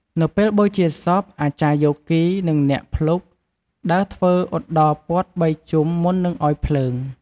នៅពេលបូជាសព អាចារ្យយោគី និងអ្នកភ្លុកដើរធ្វើឧត្តរពាត់បីជុំមុននឹងឲ្យភ្លើង។